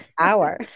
hour